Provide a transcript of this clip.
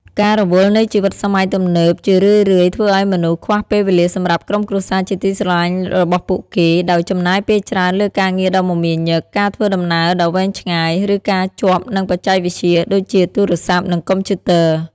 ការរវល់នៃជីវិតសម័យទំនើបជារឿយៗធ្វើឲ្យមនុស្សខ្វះពេលវេលាសម្រាប់ក្រុមគ្រួសារជាទីស្រឡាញ់របស់ពួកគេ ដោយចំណាយពេលច្រើនលើការងារដ៏មមាញឹក ការធ្វើដំណើរដ៏វែងឆ្ងាយ ឬការជាប់នឹងបច្ចេកវិទ្យាដូចជាទូរស័ព្ទនិងកុំព្យូទ័រ។